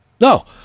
no